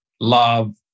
love